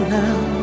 now